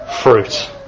fruit